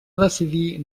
decidir